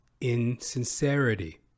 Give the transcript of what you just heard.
insincerity